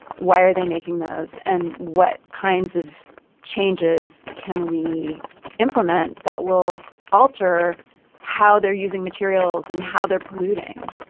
why are they making those? and what kinds of changes can we implement that will alter how they're using materials and how they're polluting?